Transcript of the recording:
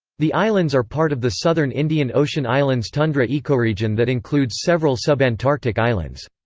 the islands are part of the southern indian ocean islands tundra ecoregion that includes several subantarctic islands.